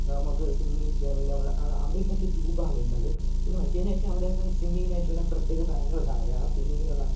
mug swimming ചെയ്യാൻ വേണ്ടി നമ്മളെ അവിടെ ഒക്കെ റ്റൂബാണ് ഉള്ളത് പിന്നെ മറ്റേനായിട്ട് അവടെ ഒക്കെ സിമ്മിങ്ങിനായിട്ടുള്ള പ്രത്യേക സ്ഥലങ്ങളൊക്കെ അവിടെയാണ് സിമ്മിങ്ങിനുള്ളത്